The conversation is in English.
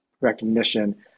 recognition